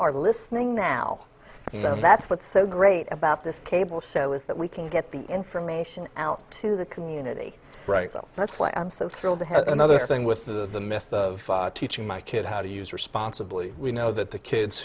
are listening now and that's what's so great about this cable show is that we can get the information out to the community right so that's why i'm so thrilled to have another thing with the myth of teaching my kid how to use responsibly we know that the kids